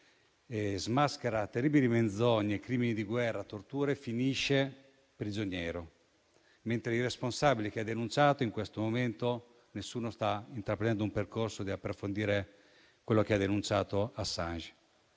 smaschera terribili menzogne, crimini di guerra e torture finisce prigioniero, mentre sui responsabili in questo momento nessuno sta intraprendendo un percorso per approfondire quello che Assange